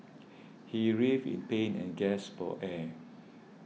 he writhed in pain and gasped for air